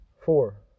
Four